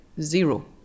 zero